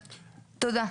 תודה.